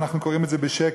אנחנו קוראים את זה בשקט,